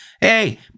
Hey